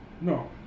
no